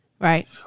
Right